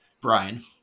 Brian